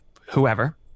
whoever